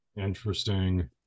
Interesting